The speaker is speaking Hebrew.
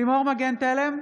לימור מגן תלם,